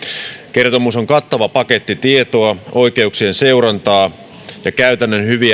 kertomus on kattava paketti tietoa oikeuksien seurantaa ja myös käytännön hyviä